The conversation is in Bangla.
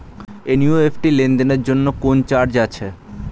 এন.ই.এফ.টি লেনদেনের জন্য কোন চার্জ আছে?